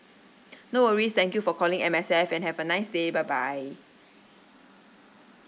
no worries thank you for calling M_S_F and have a nice day bye bye